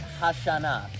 Hashanah